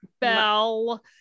bell